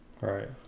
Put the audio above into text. Right